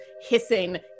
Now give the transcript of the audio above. hissing